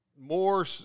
more